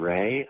Ray